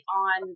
on